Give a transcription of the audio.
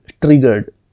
triggered